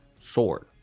sword